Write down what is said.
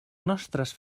nostres